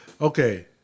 Okay